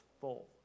full